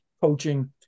coaching